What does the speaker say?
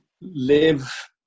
live